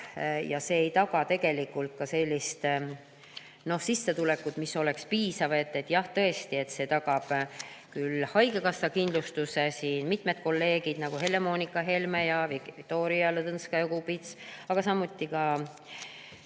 ja see ei taga tegelikult sellist sissetulekut, mis oleks piisav. Jah, tõesti, see tagab küll haigekassa kindlustuse. Siin mitmed kolleegid, nagu Helle-Moonika Helme ja Viktoria Ladõnskaja-Kubits, samuti